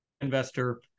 investor